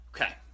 okay